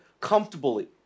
comfortably